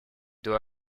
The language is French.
doit